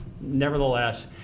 Nevertheless